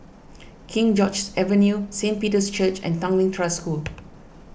King George's Avenue Saint Peter's Church and Tanglin Trust School